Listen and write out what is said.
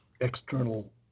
external